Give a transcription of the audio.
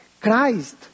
Christ